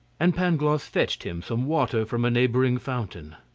and pangloss fetched him some water from a neighbouring fountain.